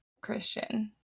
christian